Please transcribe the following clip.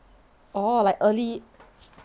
orh like early